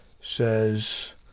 says